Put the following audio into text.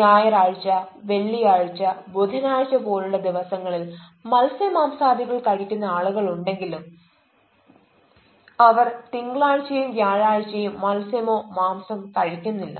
ഞായറാഴ്ച വെള്ളിയാഴ്ച ബുധനാഴ്ച പോലുള്ള ദിവസത്തിൽ മത്സ്യമാംസാദികൾ കഴിക്കുന്ന ആളുകളുണ്ടെങ്കിലും അവർ തിങ്കളാഴ്ചയും വ്യാഴാഴ്ചയും മത്സ്യമോ മാംസം കഴിക്കുന്നില്ല